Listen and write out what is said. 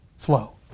flow